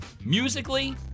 musically